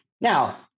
Now